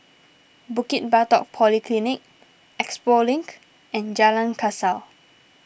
Bukit Batok Polyclinic Expo Link and Jalan Kasau